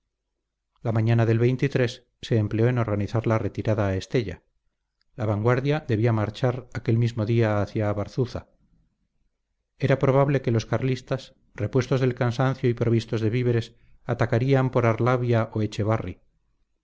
la mañana del se empleó en organizar la retirada a estella la vanguardia debía marchar aquel mismo día hacia abarzuza era probable que los carlistas repuestos del cansancio y provistos de víveres atacarían por arlabia o echevarri